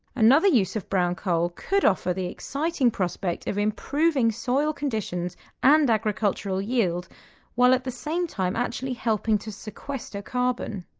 another use of brown coal could offer the exciting prospect of improving soil conditions and agricultural yield while at the same time actually helping to sequester carbon.